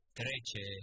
trece